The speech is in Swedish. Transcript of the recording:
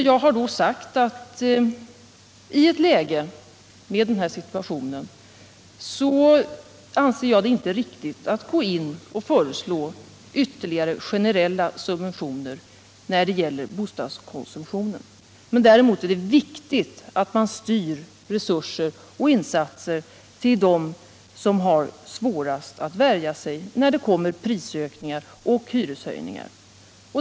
Jag har då sagt att jag i ett läge som detta inte anser det riktigt att föreslå ytterligare generella subventioner när det gäller bostadskonsumtionen. Däremot är det viktigt att man styr resurser och insatser till dem som har svårast att värja sig när det kommer prishöjningar och hyreshöjningar.